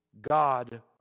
God